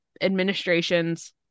administration's